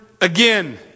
again